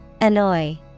Annoy